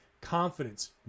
confidence